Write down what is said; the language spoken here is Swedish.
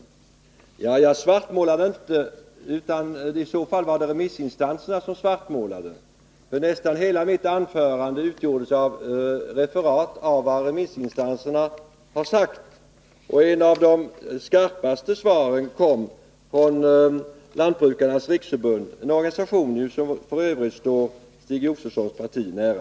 Nej, jag svartmålade inte, utan det var i så fall remissinstanserna som gjorde det. Nästan hela mitt anförande utgjordes av referat av vad remissinstanserna yttrat. Ett av de skarpaste svaren kom från Lantbrukarnas riksförbund, en organisation som f. ö. står Stig Josefsons parti nära.